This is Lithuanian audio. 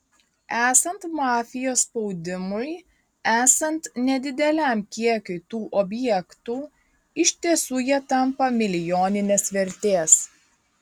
esant mafijos spaudimui esant nedideliam kiekiui tų objektų iš tiesų jie tampa milijoninės vertės